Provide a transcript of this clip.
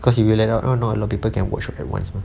cause you will not allow a lot of people can watch at once mah